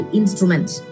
instruments